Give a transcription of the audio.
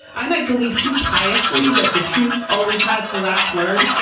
i might believe, too, piously that the truth always has the last word.